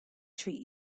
treat